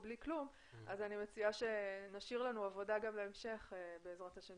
אני מציעה שנשאיר לנו עבודה גם להמשך בעזרת שם